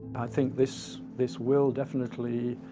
i think this this will definitely